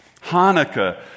Hanukkah